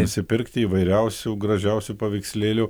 nusipirkti įvairiausių gražiausių paveikslėlių